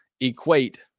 equate